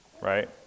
right